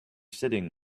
sitting